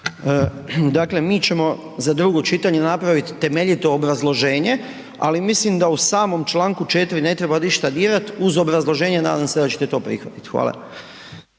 Dakle, mi ćemo za drugo čitanje napraviti temeljito obrazloženje, ali mislim da u samom čl. 4. ne treba ništa dirati uz obrazloženje, nadam se da ćete to prihvatiti. Hvala.